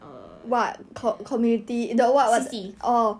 C_C